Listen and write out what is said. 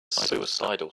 suicidal